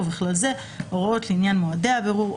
ובכלל זה הוראות לעניין מועדי הבירור,